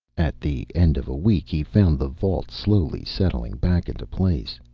at the end of a week he found the vault slowly settling back into place.